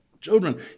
children